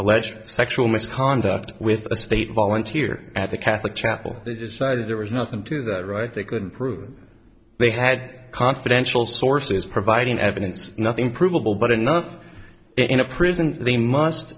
lleged sexual misconduct with a state volunteer at the catholic chapel started there was nothing to write they couldn't prove they had confidential sources providing evidence nothing provable but enough in a prison they must